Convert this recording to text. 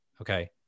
Okay